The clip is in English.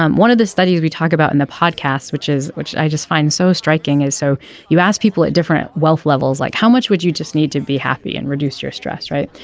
um one of the studies we talk about in the podcast which is which i just find so striking is so you asked people at different wealth levels like how much would you just need to be happy and reduce your stress right.